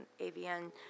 AVN